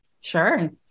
Sure